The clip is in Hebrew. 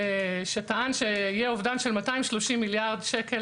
שטען שיהיה אובדן של 230 מיליארד שקל